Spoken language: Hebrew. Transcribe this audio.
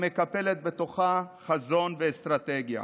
המקפלת בתוכה חזון ואסטרטגיה.